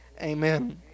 amen